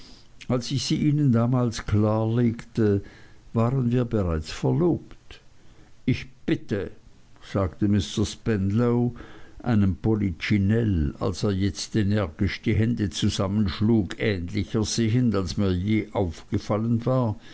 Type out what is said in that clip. als ich sie ihnen damals klar legte waren wir bereits verlobt ich bitte sagte mr spenlow einem policcinell als er jetzt energisch die hände zusammenschlug ähnlicher sehend als mir je aufgefallen war